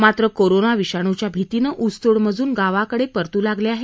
मात्र कोरोना विषाणूव्या भीतीने उसतोड मजूर गावाकडे परतू लागले आहेत